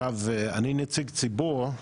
אני נציג הציבור,